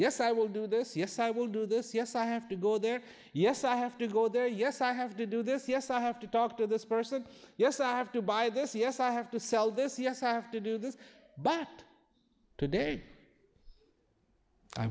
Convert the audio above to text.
yes i will do this yes i will do this yes i have to go there yes i have to go there yes i have to do this yes i have to talk to this person yes i have to buy this yes i have to sell this yes i have to do this but today i